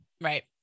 Right